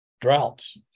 droughts